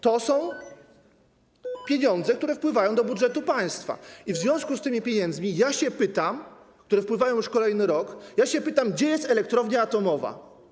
To są pieniądze, które wpływają do budżetu państwa, i w związku z tymi pieniędzmi, które wpływają już kolejny rok, pytam: Gdzie jest elektrownia atomowa?